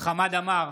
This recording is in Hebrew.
חמד עמאר,